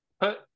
put